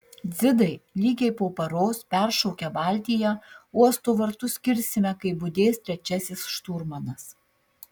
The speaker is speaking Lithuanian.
dzidai lygiai po paros peršokę baltiją uosto vartus kirsime kai budės trečiasis šturmanas